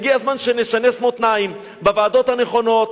והגיע הזמן שנשנס מותניים בוועדות הנכונות,